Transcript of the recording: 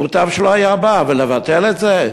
מוטב שלא היה בא, אבל לבטל את זה?